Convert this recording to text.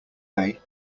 day